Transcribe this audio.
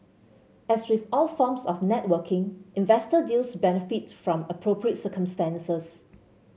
as with all forms of networking investor deals benefit from appropriate circumstances